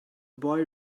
boy